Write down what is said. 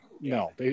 No